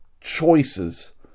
choices